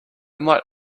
might